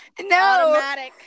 No